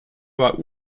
war